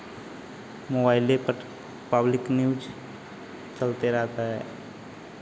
मोबाइले पर public news चलते रहता है